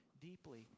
deeply